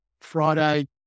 Friday